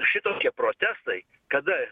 šitokie protestai kada